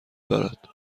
دارد